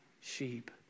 sheep